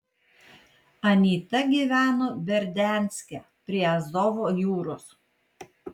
anyta gyveno berdianske prie azovo jūros